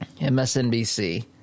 MSNBC